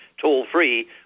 toll-free